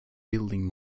building